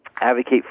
advocate